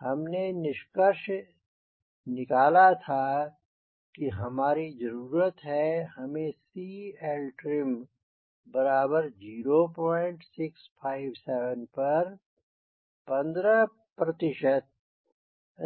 हमने निष्कर्ष निकला था कि यह हमारी जरूरत है कि हमें CLtrim 0657 पर 15